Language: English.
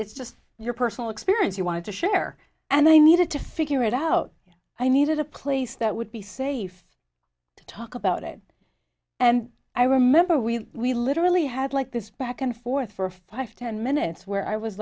it's just your personal experience you wanted to share and i needed to figure it out i needed a place that would be safe to talk about it and i remember we literally had like this back and forth for five ten minutes where i was